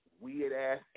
Weird-ass